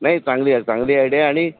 नाही चांगली आहे चांगली आयडिया आणि